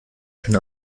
schön